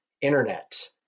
internet